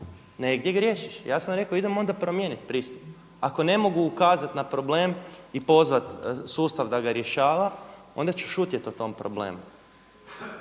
negdje griješiš. Ja sam rekao, idemo onda promijeniti pristup. Ako ne mogu ukazati na problem i pozvati sustav da ga rješava onda ću šutjeti o tom problemu.